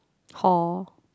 hor